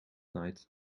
night